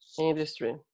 industry